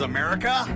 America